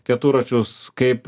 keturračius kaip